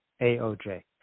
AOJ